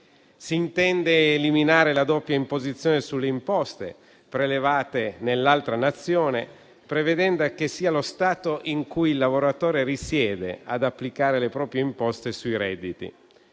Si intende eliminare la doppia imposizione sulle imposte prelevate nell'altra Nazione, prevedendo che sia lo Stato in cui il lavoratore risiede ad applicare le proprie imposte sui redditi.